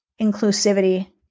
inclusivity